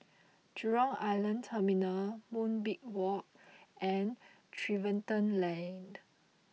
Jurong Island Terminal Moonbeam Walk and Tiverton Lane